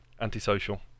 antisocial